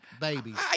babies